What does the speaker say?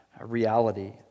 reality